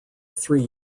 three